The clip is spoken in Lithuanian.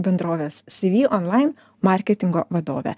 bendrovės cv online marketingo vadovė